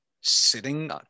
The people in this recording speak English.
sitting